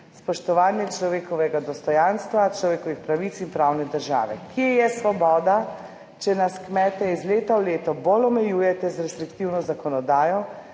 spoštovanje človekovega dostojanstva, človekovih pravic in pravne države. Kje je svoboda, če nas kmete iz leta v leto bolj omejujete z restriktivno zakonodajo